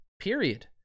period